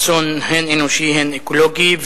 אסון הן אנושי והן אקולוגי,